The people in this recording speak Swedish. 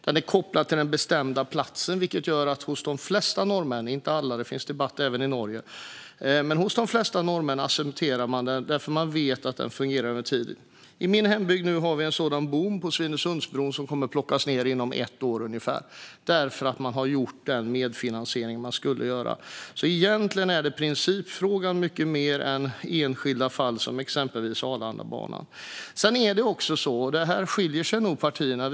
Den är kopplad till den bestämda platsen, vilket gör att de flesta norrmän - inte alla, för det finns en debatt även i Norge - accepterar den därför att de vet att den fungerar över tid. I min hembygd har vi en sådan bom nu, på Svinesundsbron, som kommer att plockas ned inom ett år ungefär då man har genomfört den medfinansiering som skulle ske. Egentligen gäller detta en principfråga mycket mer än enskilda fall, som exempelvis Arlandabanan. Sedan skiljer det sig nog mellan partierna.